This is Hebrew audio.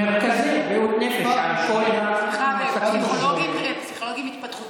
מרכזי בריאות הנפש, על כל המועסקים שם.